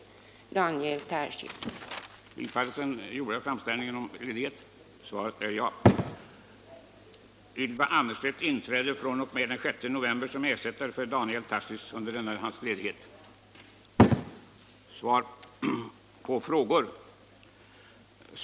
Stockholm den 26 oktober 1978 Daniel Tarschys